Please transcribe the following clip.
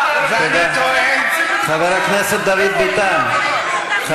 חבר הכנסת דוד ביטן,